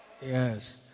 yes